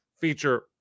feature